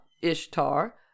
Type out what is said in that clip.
Ishtar